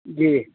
جی